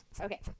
Okay